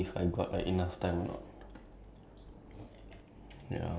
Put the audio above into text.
I don't know I I I see how ah later when we reach Ang-Mo-Kio